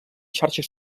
xarxes